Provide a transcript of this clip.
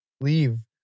Leave